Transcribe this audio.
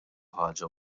ħaġa